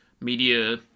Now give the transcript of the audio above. media